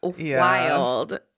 wild